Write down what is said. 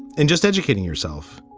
and just educating yourself.